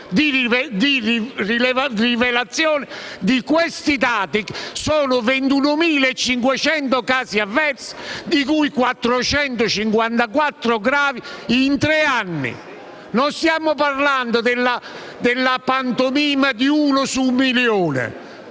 di rivelazione di questi dati. Sono 21.658 casi di reazioni avverse, di cui 454 gravi, in tre anni. Non stiamo parlando della pantomima di uno su un milione.